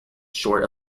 short